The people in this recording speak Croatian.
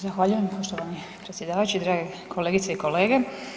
Zahvaljujem poštovani predsjedavajući, drage kolegice i kolege.